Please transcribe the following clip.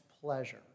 pleasure